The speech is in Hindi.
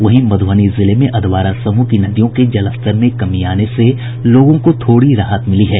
वहीं मधुबनी जिले में अधवारा समूह की नदियों के जलस्तर में कमी आने से लोगों को थोड़ी राहत मिली है